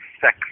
sex